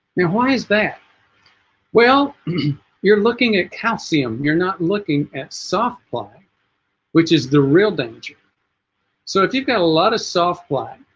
why is that well you're looking at calcium you're not looking at soft plaque which is the real danger so if you've got a lot of soft plaque